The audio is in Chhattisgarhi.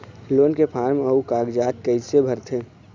लोन के फार्म अऊ कागजात कइसे भरथें?